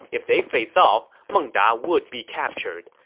if they face off, meng da would be captured.